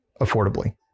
affordably